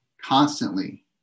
constantly